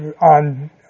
on